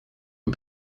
hun